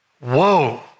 Woe